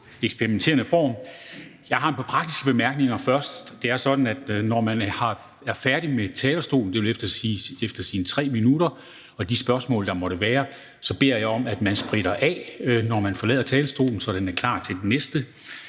Jeg har et par praktiske bemærkninger først. Det er sådan, at jeg, når man er færdig på talerstolen – dvs. efter sine 3 minutter og de spørgsmål, der måtte være – beder om, at man spritter af, når man forlader talerstolen, så den er klar til den næste.